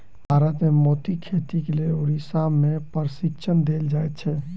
भारत मे मोतीक खेतीक लेल उड़ीसा मे प्रशिक्षण देल जाइत छै